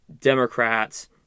Democrats